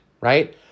right